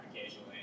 occasionally